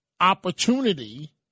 opportunity –